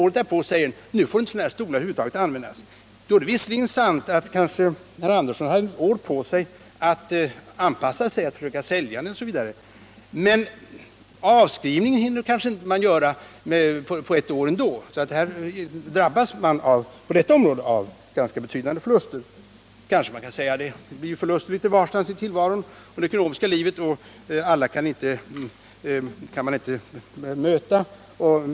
Året därpå säger riksdagen: Nu får inte sådana här stolar användas längre. Då har man visserligen ett år på sig att anpassa sig, att försöka sälja stolen, osv. Men avskrivningen hinner man inte göra på ett år, så därför drabbas man av ganska betydande förluster. Man kanske kan säga att det uppstår förluster litet varstans i det ekonomiska livet. Alla kan vi inte möta.